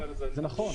זה נכון.